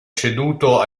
ceduto